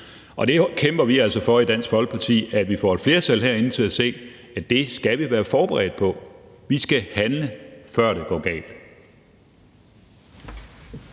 og det kæmper vi for i Dansk Folkeparti, altså at vi får et flertal herinde til at se, at det skal vi være forberedt på. Vi skal handle, før det går galt.